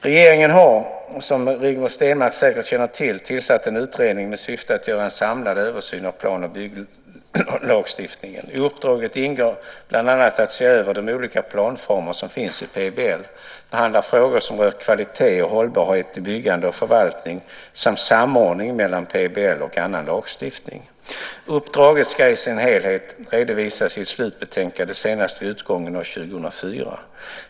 Regeringen har, som Rigmor Stenmark säkert känner till, tillsatt en utredning med syfte att göra en samlad översyn av plan och bygglagstiftningen. I uppdraget ingår bland annat att se över de olika planformer som finns i PBL, behandla frågor som rör kvalitet och hållbarhet i byggande och förvaltning samt samordningen mellan PBL och annan lagstiftning. Uppdraget ska i sin helhet redovisas i ett slutbetänkande senast vid utgång av 2004.